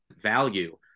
value